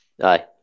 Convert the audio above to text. Aye